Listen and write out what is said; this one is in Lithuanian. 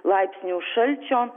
laipsnių šalčio